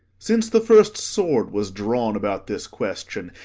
since the first sword was drawn about this question,